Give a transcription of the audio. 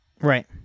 right